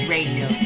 Radio